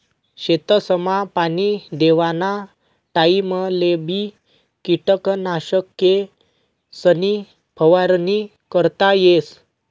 शेतसमा पाणी देवाना टाइमलेबी किटकनाशकेसनी फवारणी करता येस